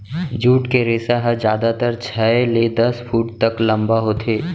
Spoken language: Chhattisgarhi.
जूट के रेसा ह जादातर छै ले दस फूट तक लंबा होथे